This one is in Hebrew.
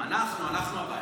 אנחנו, אנחנו הבעיה.